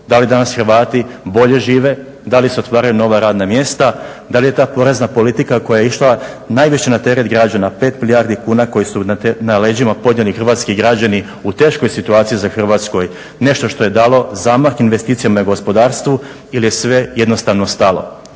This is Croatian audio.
da li danas Hrvati bolje žive, da li se otvaraju nova radna mjesta, da li je ta porezna politika koja je išla najviše na teret građana, 5 milijardi kuna koje su na leđima podnijeli hrvatski građani u teškoj situaciji za Hrvatsku, nešto što je dalo zamah investicijama i gospodarstvu ili je sve jednostavno stalo.